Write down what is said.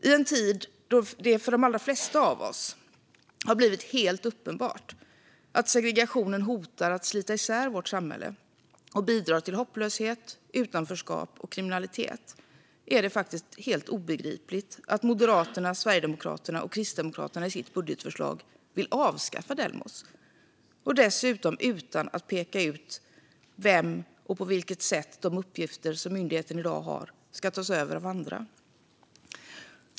I en tid då det för de allra flesta av oss har blivit uppenbart att segregationen hotar att slita isär vårt samhälle och bidrar till hopplöshet, utanförskap och kriminalitet är det helt obegripligt att Moderaterna, Sverigedemokraterna och Kristdemokraterna i sitt budgetförslag vill avskaffa Delmos, dessutom utan att peka ut på vilket sätt de uppgifter de har ska tas över av andra.